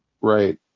Right